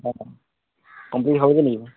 অঁ কম্প্লীট হ'লগৈ নেকি